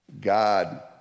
God